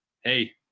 hey